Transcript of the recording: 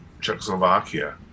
Czechoslovakia